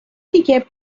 دیگه